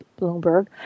Bloomberg